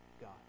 God